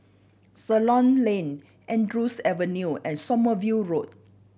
Ceylon Lane Andrews Avenue and Sommerville Road